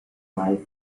wife